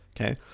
okay